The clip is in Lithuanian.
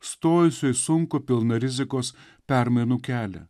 stojusių į sunkų pilną rizikos permainų kelią